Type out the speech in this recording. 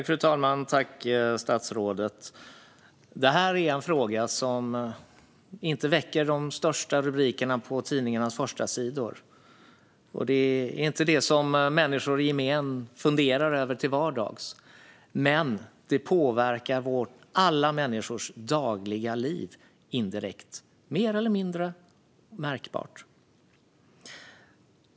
Fru talman! Tack, statsrådet! Det här är en fråga som inte ger de största rubrikerna på tidningarnas förstasidor, och det är inte detta som människor i gemen funderar över till vardags. Men det påverkar alla människors dagliga liv indirekt, mer eller mindre märkbart.